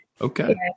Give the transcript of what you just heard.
okay